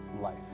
life